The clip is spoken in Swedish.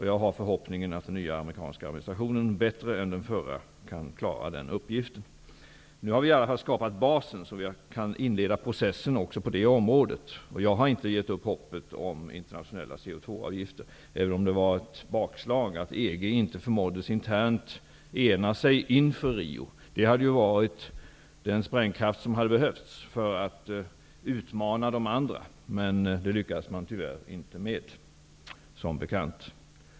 Jag har förhoppningen att den nya amerikanska administrationen bättre än den förra kan klara den uppgiften. Nu har vi i varje fall skapat basen och kan därmed inleda processen också på detta område. Jag har inte gett upp hoppet om internationella koldioxidavgifter, även om det var ett bakslag att EG inte förmåddes att internt ena sig inför Riokonferensen. Det hade varit den sprängkraft som hade behövts för att utmana de andra länderna, som bekant.